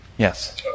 Yes